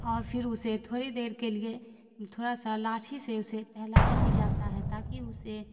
اور پھر اسے تھوڑی دیر کے لیے تھوڑا سا لاٹھی سے اسے ٹہلایا بھی جاتا ہے تاکہ اسے